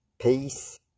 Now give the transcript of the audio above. peace